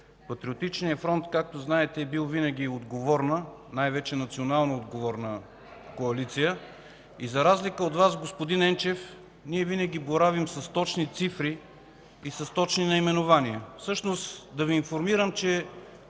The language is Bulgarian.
Патриотичният фронт, както знаете, винаги е бил отговорна, национално отговорна коалиция. И за разлика от Вас, господин Енчев, винаги боравим с точни цифри и точни наименования.